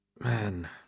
man